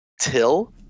Till